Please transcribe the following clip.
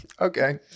Okay